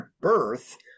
birth